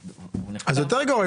אז יותר גרוע.